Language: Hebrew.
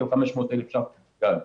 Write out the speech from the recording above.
או 500,000 שקלים.